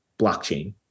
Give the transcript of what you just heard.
blockchain